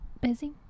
busy